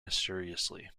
mysteriously